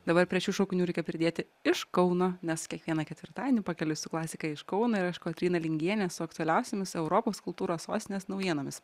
dabar prie šių šaukinių reikia pridėti iš kauno nes kiekvieną ketvirtadienį pakeliui su klasika iš kauno ir aš kotryna lingienė su aktualiausiomis europos kultūros sostinės naujienomis